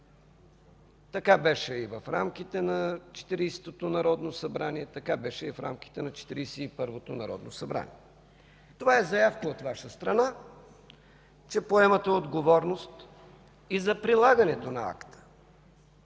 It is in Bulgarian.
така беше и в рамките на Четиридесетото народно събрание, така беше и в рамките на Четиридесет и първото народно събрание. Това е заявка от Ваша страна, че поемате отговорност и за прилагането на акта.